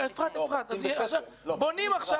בונים עכשיו